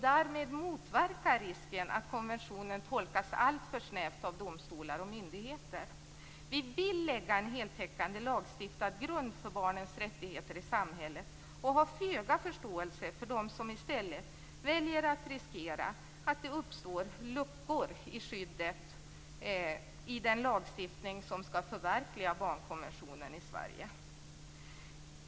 Därmed motverkas risken att konventionen tolkas alltför snävt av domstolar och myndigheter. Vi vill lägga en heltäckande lagstiftad grund för barnens rättigheter i samhället och har föga förståelse för dem som i stället väljer att riskera att det uppstår luckor i skyddet i den lagstiftning som skall förverkliga barnkonventionen i Sverige.